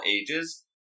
ages